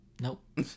Nope